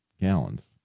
gallons